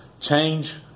Change